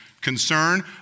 Concern